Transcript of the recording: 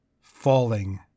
falling